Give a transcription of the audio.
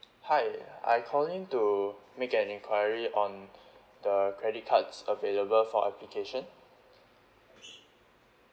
hi I calling to make an enquiry on the credit cards available for application